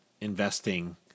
investing